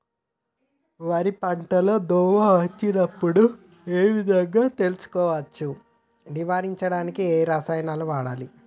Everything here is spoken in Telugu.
వరి పంట లో దోమ వచ్చినప్పుడు ఏ విధంగా తెలుసుకోవచ్చు? నివారించడానికి ఏ రసాయనాలు వాడాలి?